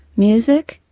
music,